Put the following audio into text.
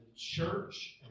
church